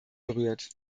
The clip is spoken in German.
berührt